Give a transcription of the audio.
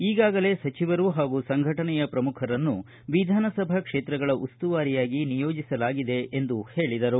ಈಗಾಗಲೇ ಸಚಿವರು ಹಾಗೂ ಸಂಘಟನೆಯ ಪ್ರಮುಖರನ್ನು ವಿಧಾನಸಭಾ ಕ್ಷೇತ್ರಗಳ ಉಸ್ತುವಾರಿಯಾಗಿ ನಿಯೋಜಿಸಲಾಗಿದೆ ಎಂದು ಹೇಳಿದರು